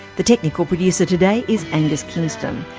the technical producer today is angus kingston.